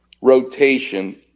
rotation